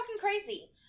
crazy